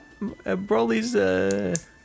Broly's